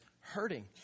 hurting